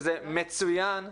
שזה מצוין,